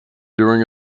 during